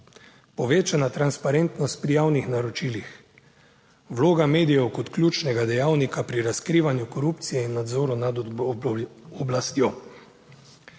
Povečana transparentnost pri javnih naročilih, vloga medijev kot ključnega dejavnika pri razkrivanju korupcije in nadzoru nad oblastjo.